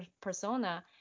persona